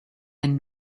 and